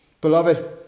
Beloved